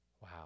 Wow